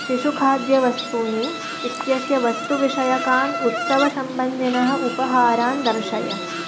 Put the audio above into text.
शिशुखाद्यवस्तूनि इत्यस्य वस्तुविषयकान् उत्सवसम्बन्धिनः उपहारान् दर्शय